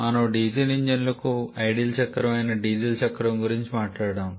మనము డీజిల్ ఇంజిన్లకు ఐడియల్ చక్రం అయిన డీజిల్ చక్రం గురించి మాట్లాడాము